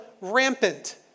rampant